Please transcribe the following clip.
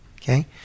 Okay